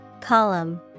Column